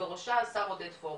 ובראשה השר עודד פורר,